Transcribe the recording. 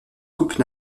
coupes